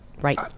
Right